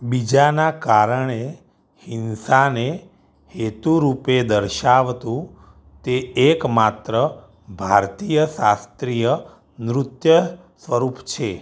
બીજાનાં કારણે હિંસાને હેતુરૂપે દર્શાવતું તે એકમાત્ર ભારતીય શાસ્ત્રીય નૃત્ય સ્વરૂપ છે